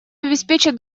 обеспечит